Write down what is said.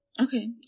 Okay